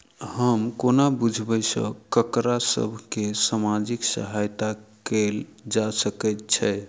हम कोना बुझबै सँ ककरा सभ केँ सामाजिक सहायता कैल जा सकैत छै?